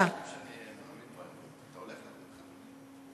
מי שרוצה יכול לוותר על רשות הדיבור או למחוק את עצמו,